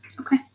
Okay